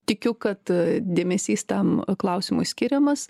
tikiu kad dėmesys tam klausimui skiriamas